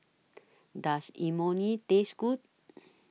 Does Imoni Taste Good